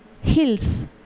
Hills